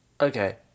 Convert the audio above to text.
okay